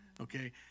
okay